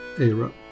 era